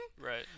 right